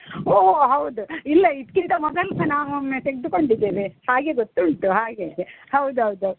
ಓಹೊಹೊ ಹೌದು ಇಲ್ಲ ಇದ್ಕಿಂತ ಮೊದಲು ಸಹ ನಾನು ಒಮ್ಮೆ ತೆಗ್ದುಕೊಂಡಿದ್ದೇವೆ ಹಾಗೆ ಗೊತ್ತುಂಟು ಹಾಗೆ ಹೌದೌದು